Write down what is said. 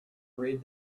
read